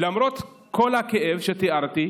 למרות כל הכאב שתיארתי,